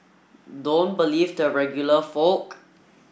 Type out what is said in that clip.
don't believe the regular folk